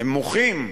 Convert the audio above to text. הם מוחים.